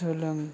सोलों